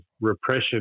repression